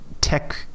tech